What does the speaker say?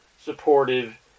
supportive